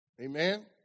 amen